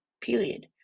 period